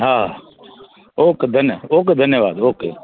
हा ओके धन्य ओके धन्यवाद ओके